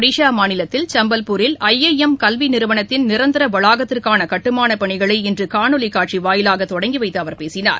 ஒடிஸா மாநிலத்தில் சும்பல்பூரில் I I M கல்வி நிறுவனத்தின் நிரந்தர வளாகத்திற்கான கட்டுமானப் இன்று காணொலி காட்சி வாயிலாக தொடங்கி வைத்து அவர் பேசினார்